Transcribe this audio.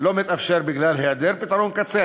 לא מתאפשרת בגלל היעדר פתרון קצה.